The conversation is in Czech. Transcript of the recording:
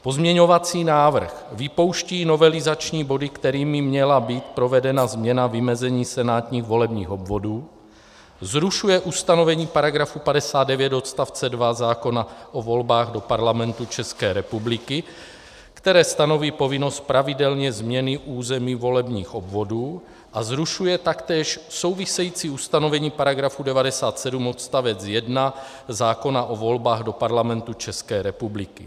Pozměňovací návrh vypouští novelizační body, kterými měla být provedena změna vymezení senátních volebních obvodů, zrušuje ustanovení § 59 odst. 2 zákona o volbách do Parlamentu České republiky, které stanoví povinnost pravidelné změny volebních obvodů, a zrušuje taktéž související ustanovení § 97 odst. 1 zákona o volbách do Parlamentu České republiky.